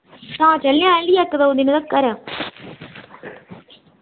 तां चलने आह्ली ऐ इक दो दिने तकर